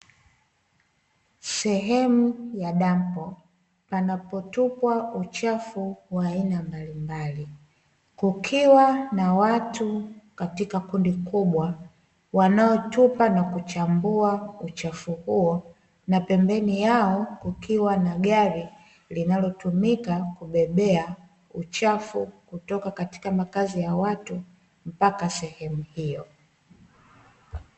Sehemu ya dampo panapotupwa uchafu wa aina mbalimbali, kukiwa na watu katika kundi kubwa wanaotupa na kuchambua uchafu huo na pembeni yao kukiwa na gari linalo tumika kubebea uchafu kutoka katika makazi ya watu mpaka sehemu hiyo.